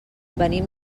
venim